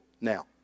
now